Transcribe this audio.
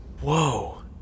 whoa